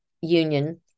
Union